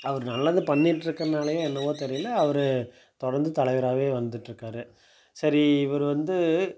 அவர் நல்லது பண்ணிட்டிருக்கறனாலையோ என்னவோ தெரியலை அவர் தொடர்ந்து தலைவராகவே வந்துட்டிருக்காரு சரி இவர் வந்து